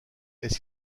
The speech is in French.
est